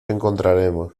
encontraremos